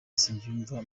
nsengiyumva